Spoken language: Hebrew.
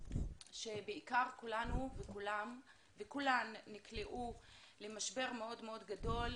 שבעיקר כולנו וכולן נקלעו למשבר מאוד גדול,